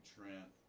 Trent